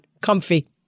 comfy